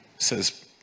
says